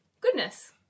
Goodness